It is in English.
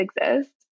exist